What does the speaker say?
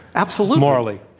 absolutely. morally.